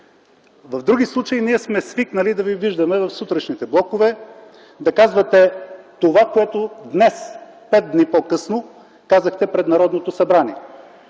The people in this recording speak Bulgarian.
В други случаи ние сме свикнали да Ви виждаме в сутрешните блокове да казвате това, което днес – пет дни по-късно, казахте пред Народното събрание,